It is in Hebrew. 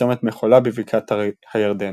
בצומת מחולה בבקעת הירדן.